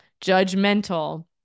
judgmental